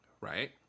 Right